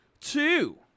two